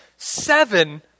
seven